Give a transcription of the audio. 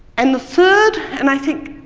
and the third, and i think,